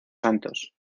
santos